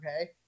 Okay